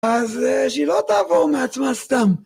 אז שהיא לא תעבור מעצמה סתם